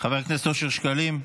--- חבר הכנסת אושר שקלים,